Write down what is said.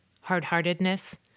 hard-heartedness